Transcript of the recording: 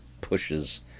pushes